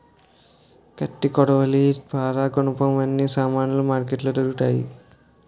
కత్తి కొడవలి పారా గునపం అన్ని సామానులు మార్కెట్లో దొరుకుతాయి